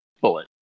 bullet